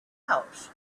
pouch